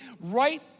right